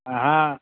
अहाँ